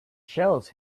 shells